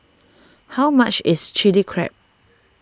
how much is Chili Crab